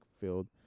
filled